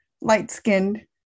light-skinned